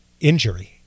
injury